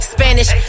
Spanish